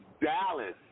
Dallas